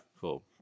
cool